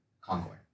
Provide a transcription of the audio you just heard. Concord